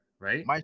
Right